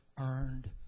earned